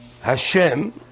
Hashem